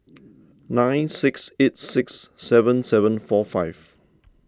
nine six eights six seven seven four five